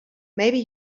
maybe